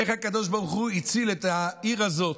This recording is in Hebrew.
איך הקדוש ברוך הוא הציל את העיר הזאת.